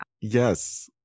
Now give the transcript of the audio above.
Yes